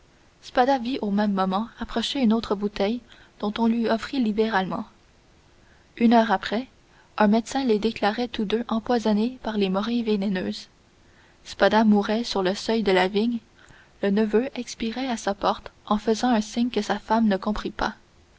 au même moment approcher une autre bouteille dont on lui offrit libéralement une heure après un médecin les déclarait tous deux empoisonnés par des morilles vénéneuses spada mourait sur le seuil de la vigne le neveu expirait à sa porte en faisant un signe que sa femme ne comprit pas